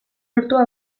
urtua